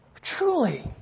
Truly